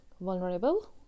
vulnerable